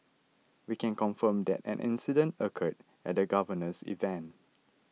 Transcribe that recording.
we can confirm that an incident occurred at the Governor's event